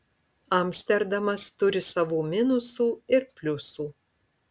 amsterdamas turi savų minusų ir pliusų